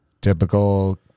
typical